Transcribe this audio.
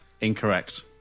Incorrect